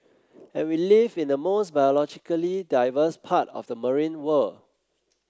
and we live in the most biologically diverse part of the marine world